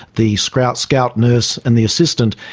the scout scout nurse and the assistant,